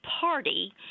party